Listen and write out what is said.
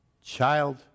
child